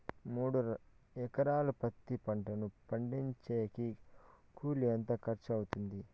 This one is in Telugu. మూడు ఎకరాలు పత్తి పంటను విడిపించేకి కూలి ఎంత ఖర్చు అవుతుంది?